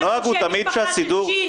הנוהג הוא תמיד -- כששם המשפחה ב-ש',